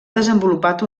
desenvolupat